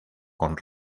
con